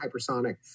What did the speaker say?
hypersonic